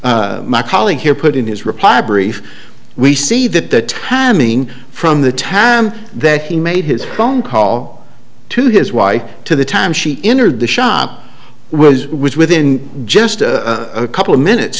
that my colleague here put in his reply brief we see that the timing from the tam that he made his phone call to his wife to the time she entered the shop was was within just a couple of minutes